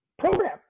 Program